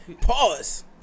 Pause